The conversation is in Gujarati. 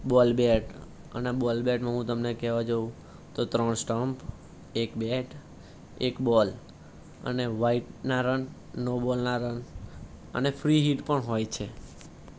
બોલ બેટ અને બોલ બેટનું હું તમને કહેવા જઉ તો ત્રણ સ્ટમ્પ એક બેટ એક બોલ અને વાઈડના રન નો બોલના રન અને ફ્રી હિટ પણ હોય છે